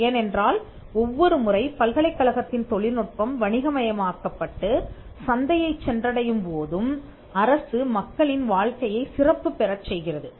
ஏனென்றால் ஒவ்வொரு முறை பல்கலைக்கழகத்தின் தொழில்நுட்பம் வணிக மயமாக்கப்பட்டு சந்தையைச் சென்றடையும் போதும் அரசு மக்களின் வாழ்க்கையைச் சிறப்பு பெறச் செய்கிறது